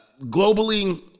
globally